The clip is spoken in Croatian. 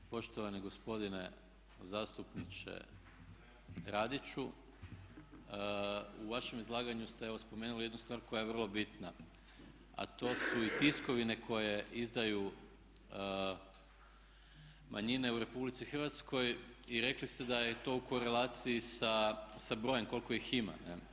Poštovani gospodine zastupniče Radiću u vašem izlaganju ste evo spomenuli jednu stvar koja je vrlo bitna, a to su i tiskovine koje izdaju manjine u Republici Hrvatskoj i rekli ste da je to u korelaciji sa brojem koliko ih ima.